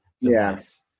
Yes